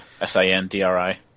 S-I-N-D-R-I